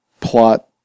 plot